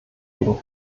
gegen